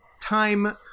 time